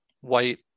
white